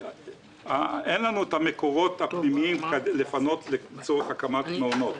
המקורות הפנימיים לצורך הקמת מעונות.